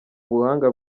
ubuhanga